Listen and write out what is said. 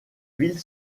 ville